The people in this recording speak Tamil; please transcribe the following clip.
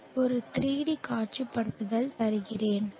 ஒரு 3D காட்சிப்படுத்தல் தருகிறேன்